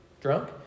drunk